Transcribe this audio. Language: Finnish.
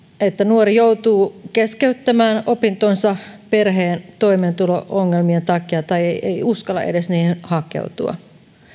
että nuori joutuu keskeyttämään opintonsa perheen toimeentulo ongelmien takia tai ei ei uskalla niihin edes hakeutua